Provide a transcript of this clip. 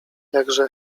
jakże